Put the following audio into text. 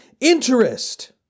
Interest